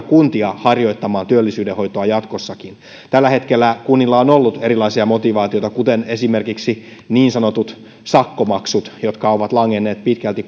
kuntia harjoittamaan työllisyydenhoitoa jatkossakin tällä hetkellä kunnilla on ollut erilaisia motivaatioita kuten esimerkiksi niin sanotut sakkomaksut jotka ovat langenneet pitkälti